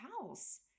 house